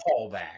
callback